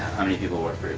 how many people work for you?